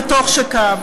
וטוב שכך.